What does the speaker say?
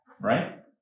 right